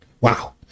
Wow